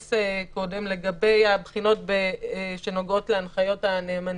נס לגבי הבחינות שנוגעות להנחיות הממונה.